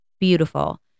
beautiful